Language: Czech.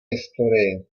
historii